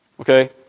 Okay